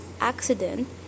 accident